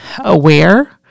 aware